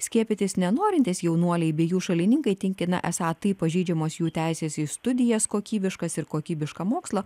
skiepytis nenorintys jaunuoliai bei jų šalininkai tikina esą taip pažeidžiamos jų teisės į studijas kokybiškas ir kokybišką mokslą